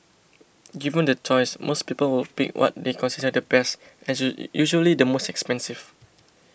given the choice most people would pick what they consider the best as usually the most expensive